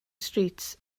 streets